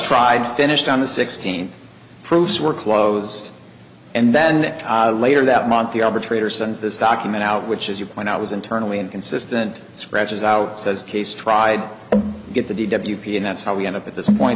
tried finished on the sixteenth proofs were closed and then later that month the arbitrator sends this document out which as you point out was internally inconsistent scratches out says case tried to get the d w p and that's how we end up at this point